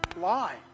lie